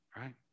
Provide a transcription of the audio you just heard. right